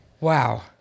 Wow